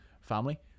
family